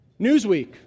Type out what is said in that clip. Newsweek